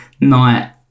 night